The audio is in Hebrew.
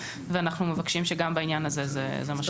ואנחנו מבקשים שגם בעניין הזה זה מה שייעשה.